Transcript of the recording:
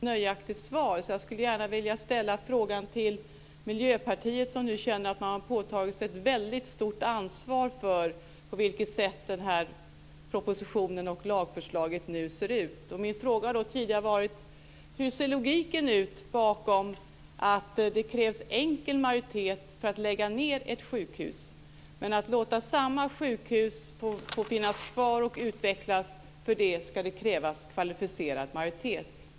Fru talman! Jag har ställt denna fråga tidigare i denna kammare både till socialministern och till vice statsministern men har inte fått något nöjaktigt svar, så jag skulle gärna vilja ställa frågan till Miljöpartiet som nu känner att man har påtagit sig ett väldigt stort ansvar för hur denna proposition och lagförslaget nu ser ut. Min fråga är: Hur ser logiken ut bakom att det krävs enkel majoritet för att lägga ned ett sjukhus, men att det ska krävas kvalificerad majoritet för att låta samma sjukhus få finnas kvar och utvecklas?